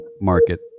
market